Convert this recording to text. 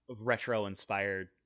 retro-inspired